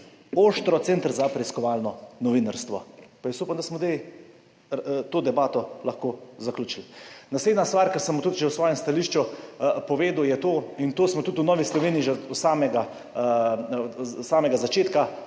Oštro, Center za preiskovalno novinarstvo. Pa jaz upam, da smo zdaj to debato lahko zaključili. Naslednja stvar, ki sem jo tudi že v svojem stališču povedal je to in to smo tudi v Novi Sloveniji že od samega od